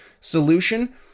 solution